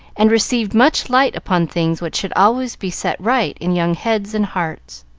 and received much light upon things which should always be set right in young heads and hearts.